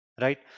right